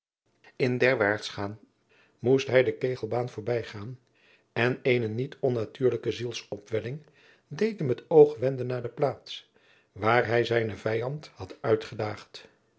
in het derwaartsgaan moest hij de kegelbaan voorbijgaan en eene niet onnatuurlijke zielsopwelling deed hem het oog wenden naar de plaats waar hij zijnen vijand had uitgedaagd